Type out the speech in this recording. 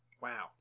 Wow